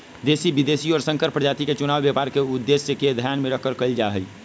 देशी, विदेशी और संकर प्रजाति के चुनाव व्यापार के उद्देश्य के ध्यान में रखकर कइल जाहई